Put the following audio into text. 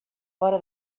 fora